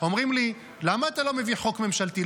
אומרים לי: למה אתה לא מביא חוק ממשלתי?